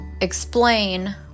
explain